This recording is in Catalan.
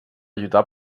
lluitar